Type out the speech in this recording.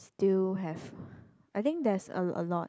still have I think there's a a lot